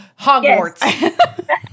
Hogwarts